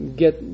get